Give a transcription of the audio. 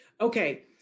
Okay